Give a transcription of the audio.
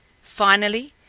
Finally